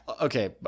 Okay